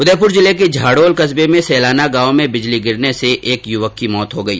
उदयपुर जिले के झाडोल कस्बे के सैलाना गांव में बिजली गिरने से एक युवक की मौके पर ही मौत हो गई